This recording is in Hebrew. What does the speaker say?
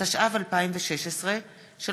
התשע"ו 2016,